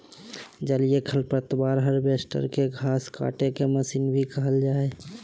जलीय खरपतवार हार्वेस्टर, के घास काटेके मशीन भी कहल जा हई